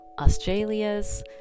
australia's